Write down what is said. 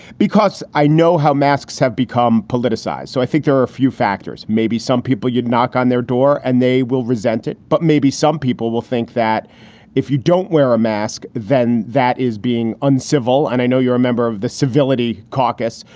because i know how masks have become politicized. so i think there are a few factors. maybe some people you'd knock on their door and they will resent it. but maybe some people will think that if you don't wear a mask, then that is being uncivil. and i know you're a member of the civility caucus.